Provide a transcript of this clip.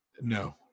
No